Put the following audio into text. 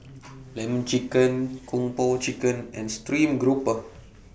Lemon Chicken Kung Po Chicken and Stream Grouper